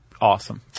awesome